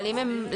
אבל אם הם,